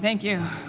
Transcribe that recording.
thank you,